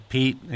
Pete